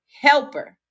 helper